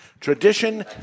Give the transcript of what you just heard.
tradition